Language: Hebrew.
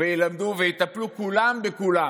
ויטפלו כולם בכולם,